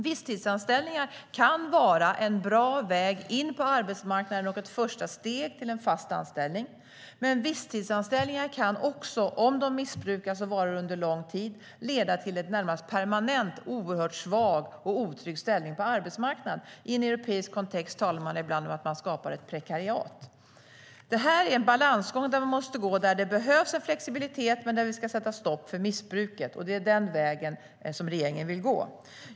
Visstidsanställningar kan vara en bra väg in på arbetsmarknaden och ett första steg till en fast anställning. Men visstidsanställningar kan också, om de missbrukas och varar under lång tid, leda till en närmast permanent oerhört svag och otrygg ställning på arbetsmarknaden. I en europeisk kontext talas det ibland om att man skapar ett prekariat. Det här är en balansgång vi måste gå där det behövs en flexibilitet men där vi ska sätta stopp för missbruket. Det är den vägen som regeringen vill gå.